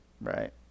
Right